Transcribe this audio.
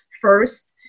first